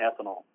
ethanol